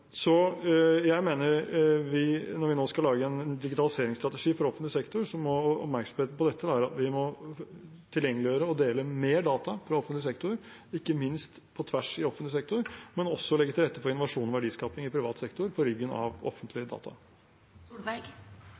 Jeg mener at når vi nå skal lage en digitaliseringsstrategi for offentlig sektor, må oppmerksomheten på dette være at vi må tilgjengeliggjøre og dele mer data fra offentlig sektor, ikke minst på tvers i offentlig sektor, men også legge til rette for innovasjon og verdiskaping i privat sektor på ryggen av offentlige